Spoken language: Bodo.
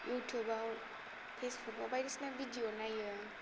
इउटुबाव फेसबुकआव बायदि सिना भिडिय' नायो